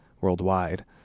worldwide